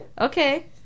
Okay